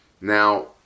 Now